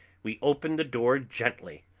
we opened the door gently,